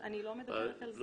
אני לא מדברת על זה.